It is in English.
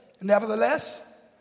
Nevertheless